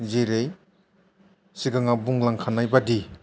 जेरै सिगाङाव बुंलांखानाय बादि